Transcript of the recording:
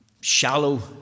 shallow